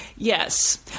Yes